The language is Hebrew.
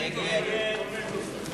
הצעת